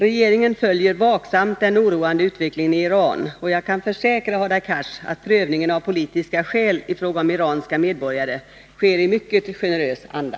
Regeringen följer vaksamt den oroande utvecklingen i Iran, och jag kan försäkra Hadar Cars att prövningen av politiska skäl i fråga om iranska medborgare sker i mycket generös anda.